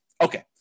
Okay